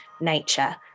nature